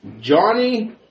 Johnny